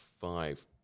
five